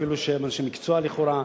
אפילו שהם אנשי מקצוע לכאורה,